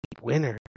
winner